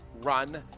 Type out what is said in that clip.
Run